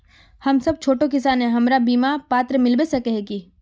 हम सब छोटो किसान है हमरा बिमा पात्र मिलबे सके है की?